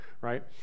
right